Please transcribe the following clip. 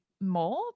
more